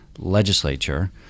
Legislature